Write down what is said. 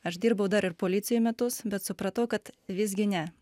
aš dirbau dar ir policijoj metus bet supratau kad visgi ne